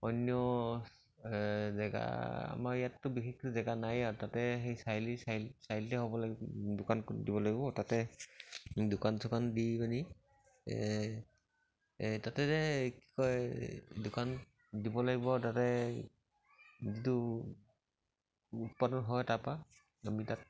অন্য এই জেগা আমাৰ ইয়াততো বিশেষকৈ জেগা নায়ে আৰু তাতে সেই চাৰিআলি চাৰিআলি হ'ব লাগিব দোকান দিব লাগিব তাতে দোকান চোকান দি পানি তাতে কি কয় দোকান দিব লাগিব তাতে যিটো উৎপাদন হয় তাৰপা আমি তাত